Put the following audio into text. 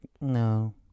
No